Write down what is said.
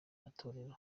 matorero